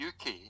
UK